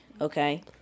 Okay